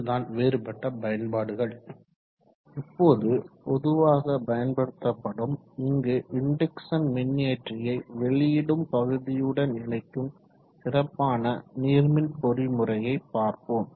இதுதான் வேறுபட்ட பயன்பாடுகள் இப்போது பொதுவாக பயன்படுத்தப்படும் இங்கு இன்டெக்சன் மின்னியற்றியை வெளியிடும் பகுதியுடன் இணைக்கும் சிறப்பான நீர்மின் பொறிமுறையை பார்ப்போம்